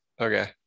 Okay